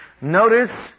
Notice